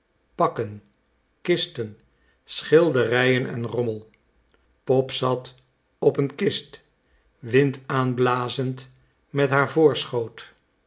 pakken kisten schilderijen en rommel pop zat op een kist wind aanblazend met haar voorschoot